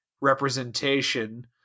representation